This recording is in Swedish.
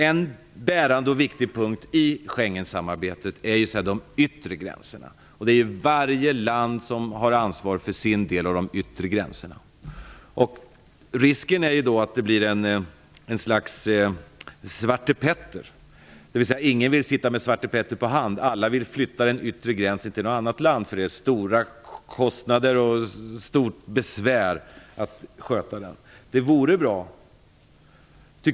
En bärande och viktig punkt i Schengensamarbetet är de yttre gränserna. Varje land skall ansvara för sin del av de yttre gränserna. Risken är då att det blir som kortspelet Svarte Petter, dvs. ingen vill sitta med Svarte Petter på hand. Alla vill flytta ansvaret för den yttre gränsen till något annat land. Det innebär höga kostnader och stort besvär att sköta den kontrollen.